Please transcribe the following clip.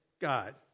God